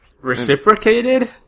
Reciprocated